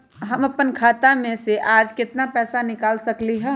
हम अपन खाता में से आज केतना पैसा निकाल सकलि ह?